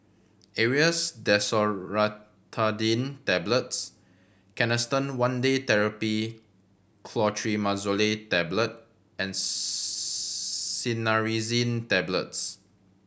Aerius DesloratadineTablets Canesten One Day Therapy Clotrimazole Tablet and Cinnarizine Tablets